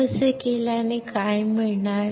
मग असे केल्याने काय मिळणार